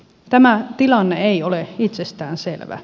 tämä tilanne ei ole itsestään selvä